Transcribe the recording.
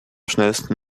schnellsten